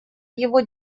его